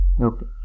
Okay